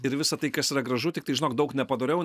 ir visa tai kas yra gražu tiktai žinok daug nepadoriau